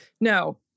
no